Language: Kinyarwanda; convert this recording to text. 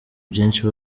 byinshi